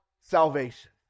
salvation